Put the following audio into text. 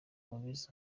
mubizi